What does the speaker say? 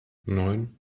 neun